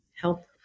help